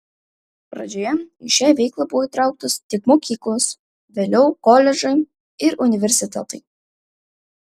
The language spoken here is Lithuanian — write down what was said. pradžioje į šią veiklą buvo įtrauktos tik mokyklos vėliau koledžai ir universitetai